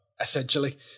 essentially